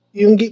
yung